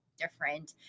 Different